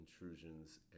intrusions